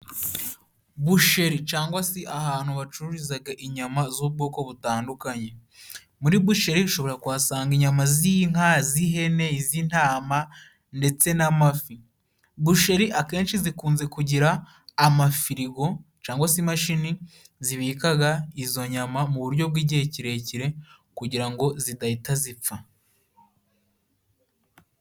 Busheri cangwa se ahantu bacururizaga inyama z'ubwoko butandukanye. Muri busheri ushobora kuhasanga inyama z'inka, z'ihene, iz'intama ndetse n'amafi. Busheri akenshi zikunze kugira amafirigo cangwa se imashini zibikaga izo nyama mu buryo bw'igihe kirekire kugira ngo zidahita zipfa.